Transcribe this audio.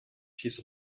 his